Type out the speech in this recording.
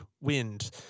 wind